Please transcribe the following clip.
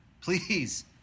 please